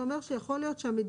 זה אומר שיכול להיות שהמדינה,